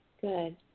good